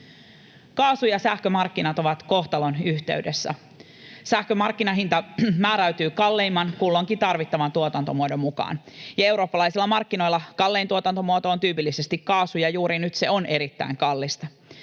Kaasu- ja sähkömarkkinat ovat kohtalonyhteydessä. Sähkön markkinahinta määräytyy kalleimman kulloinkin tarvittavan tuotantomuodon mukaan. Eurooppalaisilla markkinoilla kallein tuotantomuoto on tyypillisesti kaasu, ja juuri nyt se on erittäin kallista.